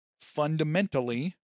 fundamentally